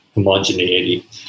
homogeneity